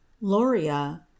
Loria